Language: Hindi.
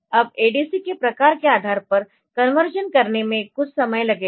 अब ADC के प्रकार के आधार पर कन्वर्शन करने में कुछ समय लगेगा